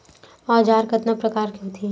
औजार कतना प्रकार के होथे?